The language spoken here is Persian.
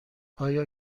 آیا